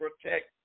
protect